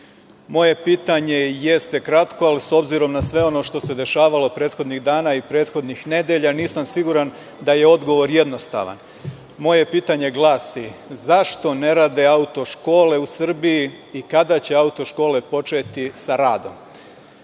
pitanje jeste kratko, ali s obzirom na sve ono što se dešavalo prethodnih dana i prethodnih nedelja, nisam siguran da je odgovor jednostavan. Moje pitanje glasi, zašto ne rade auto škole u Srbiji i kada će auto škole početi sa radom?U